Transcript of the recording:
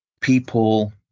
people